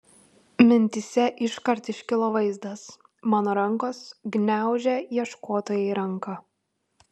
mintyse iškart iškilo vaizdas mano rankos gniaužia ieškotojai ranką